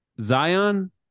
Zion